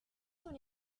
sont